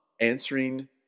answering